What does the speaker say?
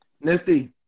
Nifty